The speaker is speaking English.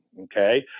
okay